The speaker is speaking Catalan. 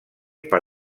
per